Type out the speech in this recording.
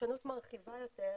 פרשנות מרחיבה יותר,